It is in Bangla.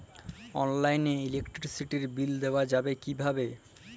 অনলাইনে ইলেকট্রিসিটির বিল দেওয়া যাবে কিভাবে?